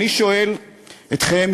אני שואל אתכם,